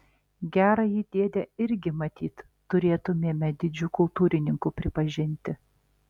gerąjį dėdę irgi matyt turėtumėme didžiu kultūrininku pripažinti